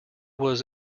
was